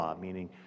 meaning